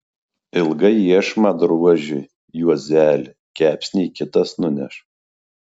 ilgai iešmą droži juozeli kepsnį kitas nuneš